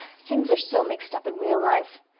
things are so mixed-up in real life.